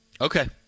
Okay